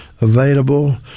available